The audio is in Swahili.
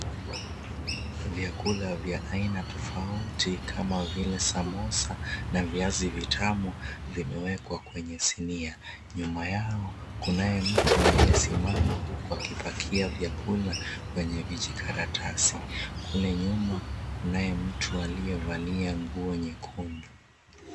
Vyakula vya aina tofauti kama vile samosa na viazi vitamu vimewekwa kwenye sinia. Nyuma yao kunaye mtu aliyesimama huku akipakia vyakula kwenye vijikaratasi. Kule nyuma kunaye mtu aliyevalia nguo nyekundu.